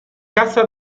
casa